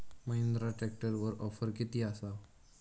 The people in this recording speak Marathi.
महिंद्रा ट्रॅकटरवर ऑफर किती आसा?